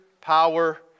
power